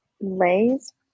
Lay's